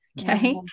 Okay